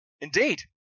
Indeed